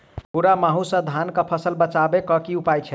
भूरा माहू सँ धान कऽ फसल बचाबै कऽ की उपाय छै?